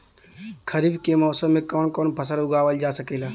खरीफ के मौसम मे कवन कवन फसल उगावल जा सकेला?